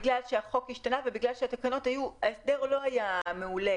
בגלל שהחוק השתנה ובגלל שההסדר לא היה מעולה,